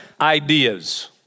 ideas